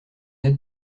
aide